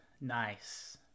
nice